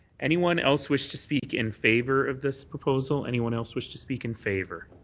anyone else wish to speak in favour of this proposal? anyone else wish to speak in favour?